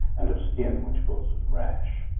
and of skin, which causes rash.